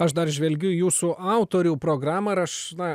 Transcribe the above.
aš dar žvelgiu į jūsų autorių programą ir aš na